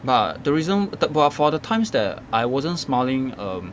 but the reason for the times that I wasn't smiling um